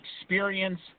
experience